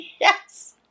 Yes